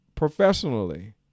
professionally